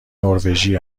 نروژی